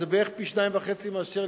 זה בערך פי-2.5 מאשר,